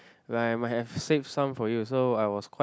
where I might have saved some for you so I was quite